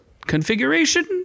Configuration